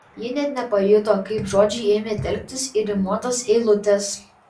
ji nė nepajuto kaip žodžiai ėmė telktis į rimuotas eilutes